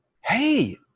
hey